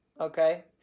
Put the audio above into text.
okay